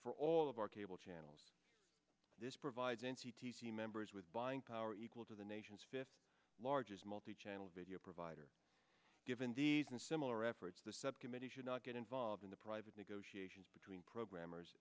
for all of our cable channels this provides n t t c members with buying power equal to the nation's fifth largest multichannel video provider given these and similar efforts the subcommittee should not get involved in the private negotiations between programmers